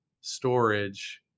storage